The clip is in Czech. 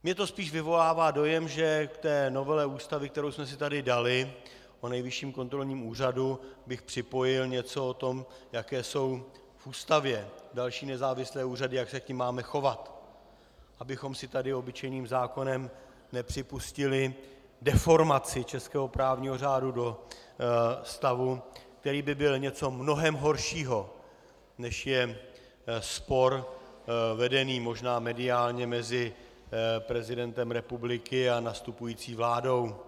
Ve mně to spíš vyvolává dojem, že k novele ústavy, kterou jsme si tady dali, o Nejvyšším kontrolním úřadu, bych připojil něco o tom, jaké jsou v ústavě další nezávislé úřady, jak se k nim máme chovat, abychom si tady obyčejným zákonem nepřipustili deformaci českého právního řádu do stavu, který by byl něco mnohem horšího než je spor, vedený možná mediálně mezi prezidentem republiky a nastupující vládou.